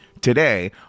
today